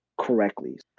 correctly